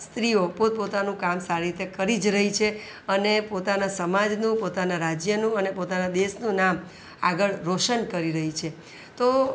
સ્ત્રીઓ પોતપોતાનું કામ સારી રીતે કરી જ રહી છે અને પોતાના સમાજનું પોતાના રાજ્યનું અને પોતાના દેશનું નામ આગળ રોશન કરી રહી છે તો